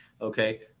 Okay